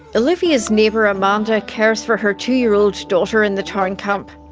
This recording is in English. olivia's neighbour amanda cares for her two-year-old daughter in the town camp.